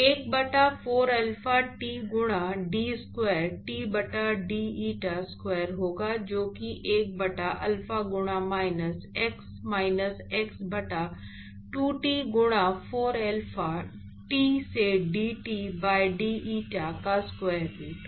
1 बटा 4 alpha t गुणा d square T बटा d eta स्क्वायर होगा जो कि 1 बटा अल्फा गुणा माइनस x माइनस x बटा 2 t गुणा 4 alpha t से d T by d eta का स्क्वायर रूट